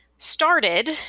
started